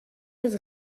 het